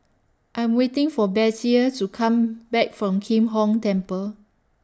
I'm waiting For Bettye to Come Back from Kim Hong Temple